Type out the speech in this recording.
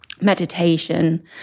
meditation